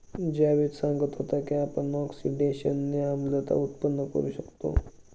जावेद सांगत होते की आपण ऑक्सिडेशनने आम्लता उत्पन्न करू शकतो